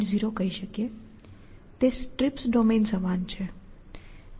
0 કહી શકીએ જે STRIPS ડોમેન સમાન છે